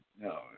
No